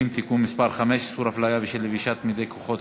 (תיקון מס' 5) (איסור הפליה בשל לבישת מדי כוחות